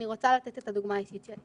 אני רוצה לתת את הדוגמה האישית שלי.